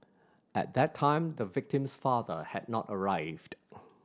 at that time the victim's father had not arrived